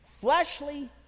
fleshly